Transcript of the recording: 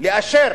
לאשר